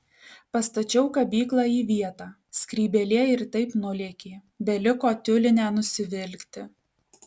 pastačiau kabyklą į vietą skrybėlė ir taip nulėkė beliko tiulinę nusivilkti